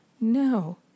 No